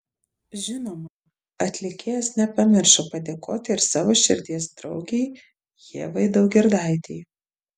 žinoma atlikėjas nepamiršo padėkoti ir savo širdies draugei ievai daugirdaitei